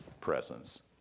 presence